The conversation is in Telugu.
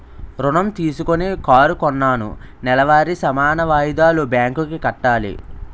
ఋణం తీసుకొని కారు కొన్నాను నెలవారీ సమాన వాయిదాలు బ్యాంకు కి కట్టాలి